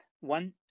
one